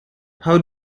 how